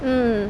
hmm